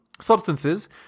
substances